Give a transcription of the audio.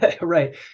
Right